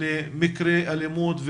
למקרי אלימות,